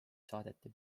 saadeti